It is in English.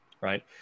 Right